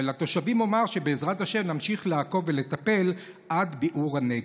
ולתושבים אומר שבעזרת השם נמשיך לעקוב ולטפל עד ביעור הנגע.